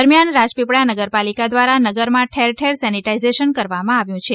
દરમિયાન રાજપીપળા નગરપાલિકા દ્વારા નગરમાં ઠેરઠેર સેનેટાઇજેશન કરવામાં આવ્યું છે